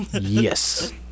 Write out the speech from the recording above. Yes